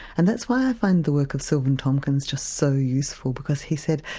and that's why i find the work of silvan tomkins just so useful because he said,